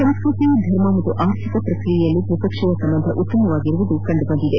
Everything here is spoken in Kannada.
ಸಂಸ್ಕೃತಿ ಧರ್ಮ ಮತ್ತು ಆರ್ಥಿಕ ಪ್ರಕ್ರಿಯೆಯಲ್ಲಿ ದ್ವಿಪಕ್ಷೀಯ ಸಂಬಂಧ ಉತ್ತಮವಾಗಿರುವುದು ಕಂಡು ಬಂದಿದೆ